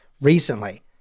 recently